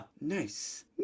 Nice